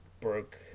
broke